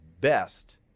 best